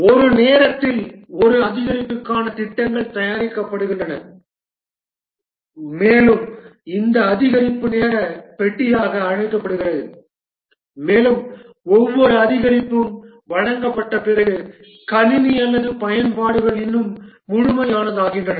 ஒரு நேரத்தில் ஒரு அதிகரிப்புக்கான திட்டங்கள் தயாரிக்கப்படுகின்றன மேலும் இந்த அதிகரிப்பு நேர பெட்டியாக அழைக்கப்படுகிறது மேலும் ஒவ்வொரு அதிகரிப்பும் வழங்கப்பட்ட பிறகு கணினி அல்லது பயன்பாடுகள் இன்னும் முழுமையானதாகின்றன